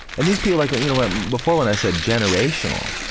and these people, like you know um before when i said generational,